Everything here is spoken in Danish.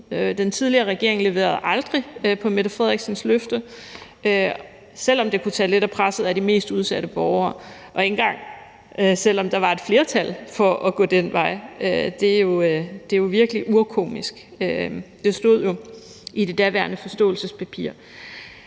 Den tidligere regering leverede aldrig på statsministerens løfte, selv om det kunne tage lidt af presset af de mest udsatte borgere – og heller ikke engang selv om der var et flertal for at gå den vej. Det er jo virkelig urkomisk. Det stod jo i det tidligere forståelsespapir.